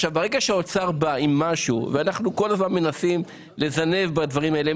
ברגע שהאוצר בא עם משהו ואנחנו כל הזמן מנסים לזנב בדברים האלה,